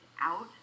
out